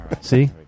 See